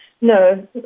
no